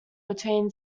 between